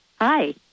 hi